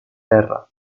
terra